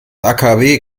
akw